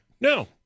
No